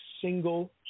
single